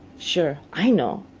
sure. i know.